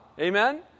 amen